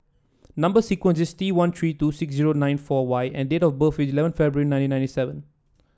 number sequence is T one three two six zero nine four Y and date of birth is eleven February nineteen ninety seven